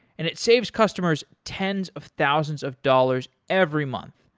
and it saves customers tens of thousands of dollars every month.